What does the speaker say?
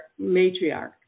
matriarch